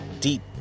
deep